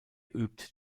übt